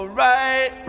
right